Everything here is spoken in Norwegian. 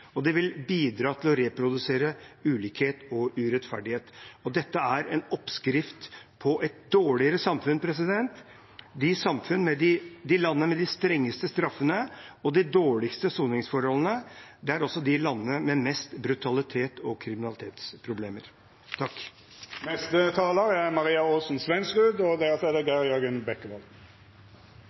ønsker seg, vil produsere mer kriminalitet i stedet for å rehabilitere innsatte, og det vil bidra til å reprodusere ulikhet og urettferdighet. Dette er en oppskrift på et dårligere samfunn. De landene med de strengeste straffene og de dårligste soningsforholdene er også de landene med mest brutalitets- og kriminalitetsproblemer. For Arbeiderpartiet er det